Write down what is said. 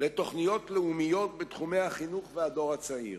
לתוכניות לאומיות בתחומי החינוך והדור הצעיר.